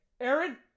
Aaron